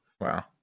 Wow